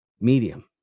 medium